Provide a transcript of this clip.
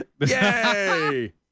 Yay